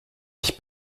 ich